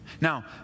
Now